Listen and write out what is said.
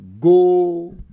Go